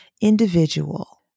individual